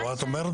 את אומרת